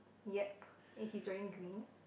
yep and he's wearing green